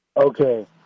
Okay